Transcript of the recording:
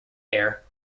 air